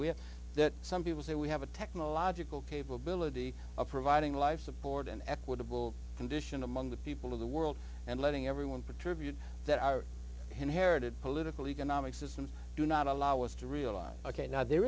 have that some people say we have a technological capability of providing life support and equitable condition among the people of the world and letting everyone for tribute that our inherited political economic system do not allow us to realize ok now there